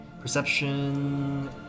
perception